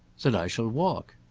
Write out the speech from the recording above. then i shall walk.